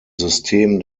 system